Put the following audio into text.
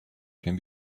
can